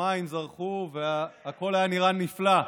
השמיים זרחו והכול היה נראה נפלא.